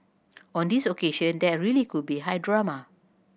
on this occasion there really could be high drama